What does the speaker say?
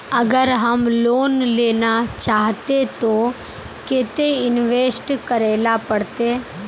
अगर हम लोन लेना चाहते तो केते इंवेस्ट करेला पड़ते?